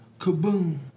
Kaboom